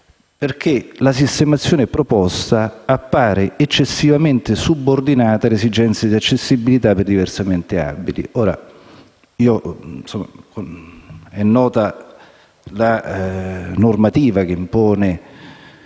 perché «la sistemazione proposta appare eccessivamente subordinata alle esigenze di accessibilità per i diversamente abili». È nota la normativa che impone